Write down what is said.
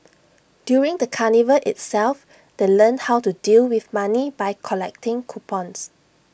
during the carnival itself they learnt how to deal with money by collecting coupons